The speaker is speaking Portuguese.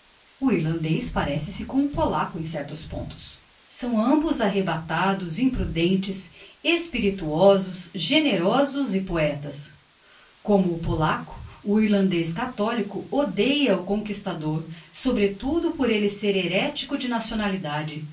o irlandez parece-se com o polaco em certos pontos são ambos arrebatados imprudentes espirituosos generosos e poetas como o polaco o irlandez catholico odeia o conquistador sobretudo por elle ser heretico de nacionalidade